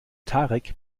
tarek